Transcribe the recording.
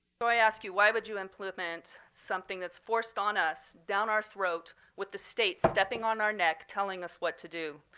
so i ask you, why would you implement something that's forced on us down our throat with the state stepping on our neck telling us what to do.